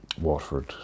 Watford